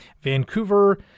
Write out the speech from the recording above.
vancouver